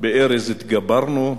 בארז התגברנו,